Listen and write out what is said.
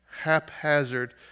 haphazard